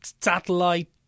Satellite